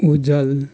उज्ज्वल